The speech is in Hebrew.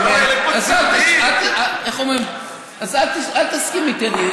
אז אל תסכים איתי.